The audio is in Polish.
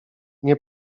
nie